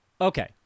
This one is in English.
Okay